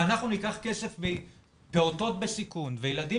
ואנחנו ניקח כסף מפעוטות בסיכון וילדים